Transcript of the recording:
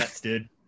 dude